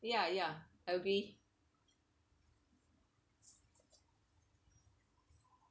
ya ya agree